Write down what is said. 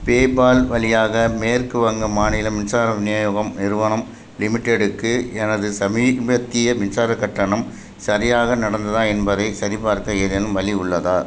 PayPal வழியாக மேற்கு வங்க மாநிலம் மின்சார விநியோகம் நிறுவனம் லிமிடெடுக்கு எனது சமீபத்திய மின்சாரக் கட்டணம் சரியாக நடந்ததா என்பதை சரிபார்க்க ஏதேனும் வழி உள்ளதா